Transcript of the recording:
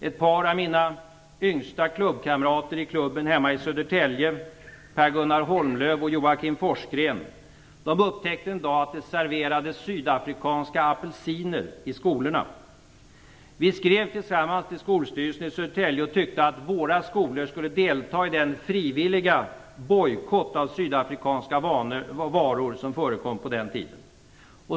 Ett par av mina yngsta klubbkamrater i klubben hemma i Södertälje - Per Gunnar Holmlöv och Joakim Forsgren - upptäckte en dag att det serverades sydafrikanska apelsiner i skolorna. Vi skrev tillsammans till Skolstyrelsen i Södertälje och tyckte att våra skolor skulle delta i den frivilliga bojkott av sydafrikanska varor som förekom på den tiden.